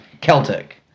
Celtic